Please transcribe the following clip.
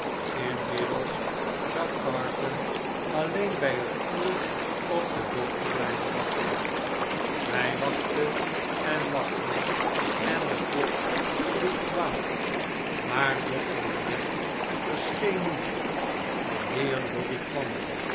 inmiddels zou carton alleen by het vuur op den dokter blijven wachten hg wachtte en wachtte en de kloksloegtwaalf maar dokter manette verscheen niet de heer in londen en paeijs lorry kwam